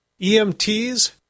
EMTs